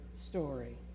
story